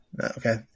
Okay